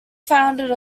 founded